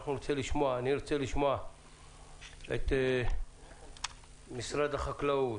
אני ארצה לשמוע את משרד החקלאות,